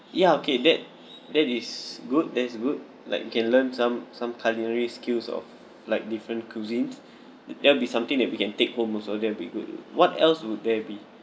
ya okay that that is good that is good like we can learn some some culinary skills of like different cuisines there'll be something that we can take home also that will be good what else would there be